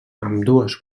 ambdues